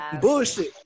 bullshit